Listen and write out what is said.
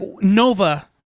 Nova